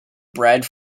brad